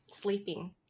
Sleeping